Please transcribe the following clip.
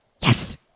Yes